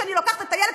שאני לוקחת את הילד,